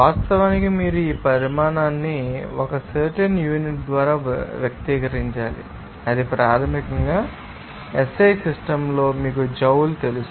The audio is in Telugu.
వాస్తవానికి మీరు ఈ పరిమాణాన్ని ఒక సర్టెన్ యూనిట్ ద్వారా వ్యక్తీకరించాలి అది ప్రాథమికంగా SI సిస్టమ్ లో మీకుజౌల్ తెలుసు